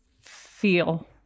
feel